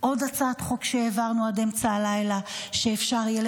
עוד הצעת חוק שהעברנו עד אמצע הלילה: שאפשר יהיה